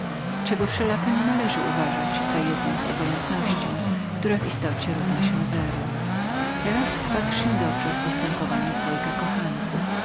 co wszelako nie należy uważać za jedno z obojętnością której istota równa się zeru teraz wpatrz się dobrze w postępowanie dwojga kochanków